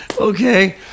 okay